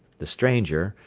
the stranger,